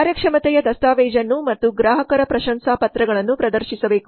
ಕಾರ್ಯಕ್ಷಮತೆಯ ದಸ್ತಾವೇಜನ್ನು ಮತ್ತು ಗ್ರಾಹಕರ ಪ್ರಶಂಸಾಪತ್ರಗಳನ್ನು ಪ್ರದರ್ಶಿಸಬೇಕು